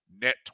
net